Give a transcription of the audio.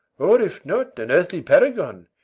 or, if not, an earthly paragon!